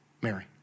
Mary